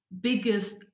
biggest